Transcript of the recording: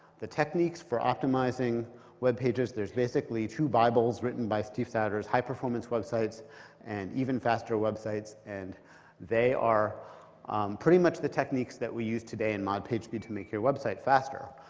the techniques for optimizing webpages, there's basically two bibles written by steve souders high performance websites and even faster websites. and they are pretty much the techniques that we use today in mod pagespeed to make your website faster.